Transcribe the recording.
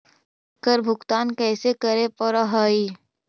एकड़ भुगतान कैसे करे पड़हई?